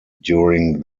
during